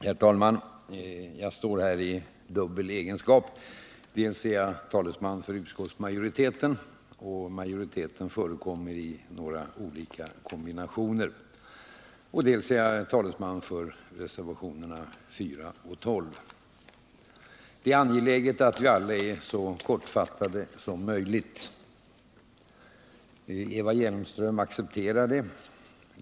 Herr talman! Jag står här i dubbla egenskaper: dels är jag talesman för utskottsmajoriteten — och majoriteten förekommer i några olika kombinationer —, dels är jag talesman för reservationerna 4 och 12. Det är angeläget att vi alla är så kortfattade som möjligt. Eva Hjelmström accepterar det.